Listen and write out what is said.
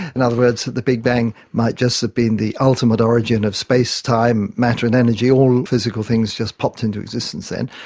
in other words, that the big bang might just have been the ultimate origin of space-time, matter and energy, all um physical things just popped into existence then.